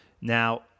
Now